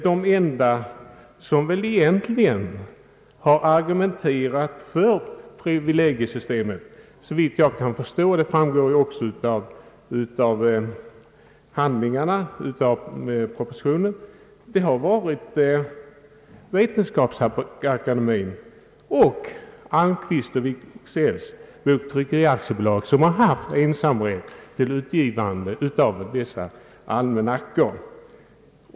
De enda som egentligen har argumenterat för ett bevarande av privilegiesystemet har — såsom framgår av propositionen — varit Vetenskapsakademien och Almqvist & Wiksells Boktryckeriaktiebolag som haft ensamrätten till utgivande av almanackor.